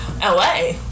la